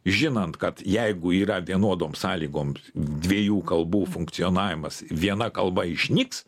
žinant kad jeigu yra vienodom sąlygom dviejų kalbų funkcionavimas viena kalba išnyks